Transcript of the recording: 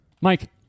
Mike